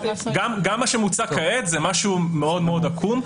גם מה שמוצע כעת זה משהו מאוד מאוד עקום.